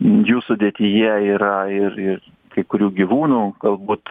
jų sudėtyje yra ir ir kai kurių gyvūnų galbūt